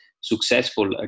successful